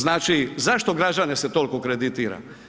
Znači, zašto građane se toliko kreditira?